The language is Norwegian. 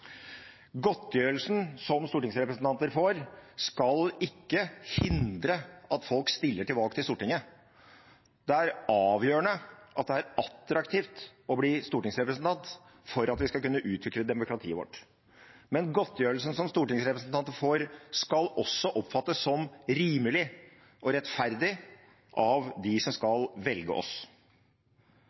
Godtgjørelsen som stortingsrepresentanter får, skal ikke hindre at folk stiller til valg til Stortinget. Det er avgjørende at det er attraktivt å bli stortingsrepresentant for at vi skal kunne utvikle demokratiet vårt. Men godtgjørelsen som stortingsrepresentanter får, skal også oppfattes som rimelig og rettferdig av dem som skal velge oss.